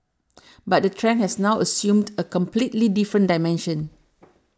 but the trend has now assumed a completely different dimension